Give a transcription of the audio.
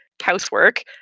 housework